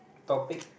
topic